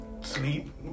Sleep